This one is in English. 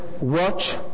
Watch